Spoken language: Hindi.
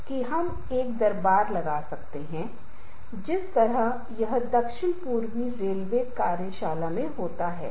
कोई और रास्ता नहीं है हम अपने जीवन में कई बार स्थिति से समझौता करते हैं ऐसे मौके आते हैं कि हमारे पास कोई अन्य उपाय खोजने का कोई अन्य तरीका नहीं है